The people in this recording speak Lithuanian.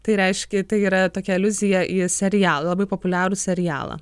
tai reiškia tai yra tokia aliuzija į serialą labai populiarų serialą